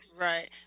Right